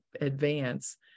advance